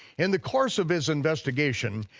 in the course of his investigation,